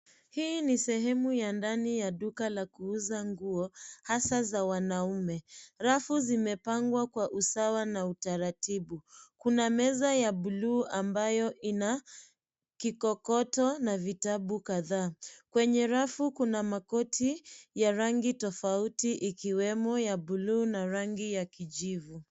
Hii ni sehemu ya ndani ya duka la kuuza nguo hasaa za wanaume. Rafu zimepangwa kwa usawa na utaratibu. Kuna meza ya buluu ambayo ina kikokoto na vitabu kadhaa. Kwenye rafu kuna makoti ya rangi tofauti ikiwemo ya buluu na rangi ya kijivu.